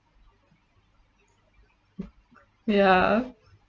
ya